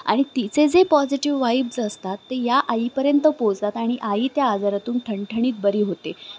आ णि तिचे जे पॉझिटिव्ह वाईब्ज असतात ते या आईपर्यंत पोहोचतात आणि आई त्या आजारातून ठणठणीत बरी होते